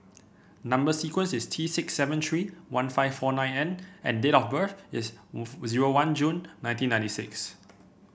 number sequence is T six seven three one five four nine N and date of birth is zero one June nineteen ninety six